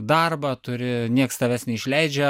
darbą turi niekas tavęs neišleidžia